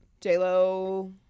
j-lo